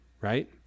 Right